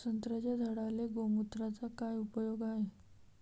संत्र्याच्या झाडांले गोमूत्राचा काय उपयोग हाये?